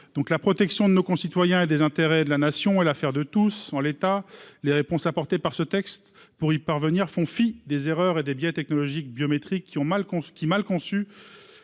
La protection de nos concitoyens et des intérêts de la Nation est l'affaire de tous. En l'état, les réponses apportées par ce texte pour y parvenir font fi des erreurs et des biais des technologies biométriques, qui sont mal conçues